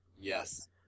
Yes